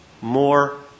more